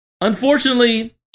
unfortunately